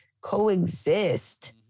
coexist